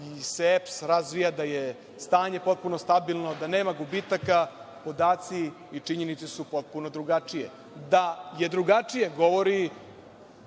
se EPS razvija, da je stanje potpuno stabilno, da nema gubitaka, a podaci i činjenice su potpuno drugačiji. Da je drugačije govori